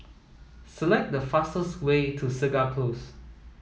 select the fastest way to Segar Close